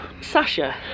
Sasha